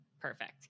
Perfect